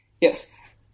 Yes